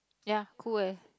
ya cool eh